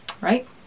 right